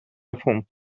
erfunden